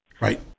Right